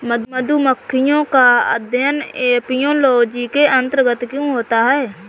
मधुमक्खियों का अध्ययन एपियोलॉजी के अंतर्गत क्यों होता है?